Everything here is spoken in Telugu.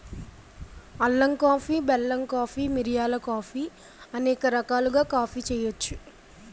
అల్లం కాఫీ బెల్లం కాఫీ మిరియాల కాఫీ అనేక రకాలుగా కాఫీ చేయొచ్చు